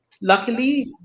luckily